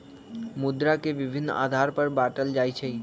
मुद्रा के विभिन्न आधार पर बाटल जाइ छइ